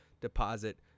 deposit